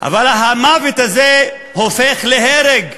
אבל המוות הזה הופך להרג,